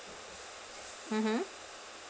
mmhmm